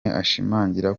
ashimangira